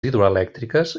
hidroelèctriques